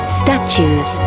statues